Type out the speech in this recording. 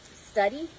study